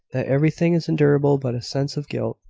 that everything is endurable but a sense of guilt.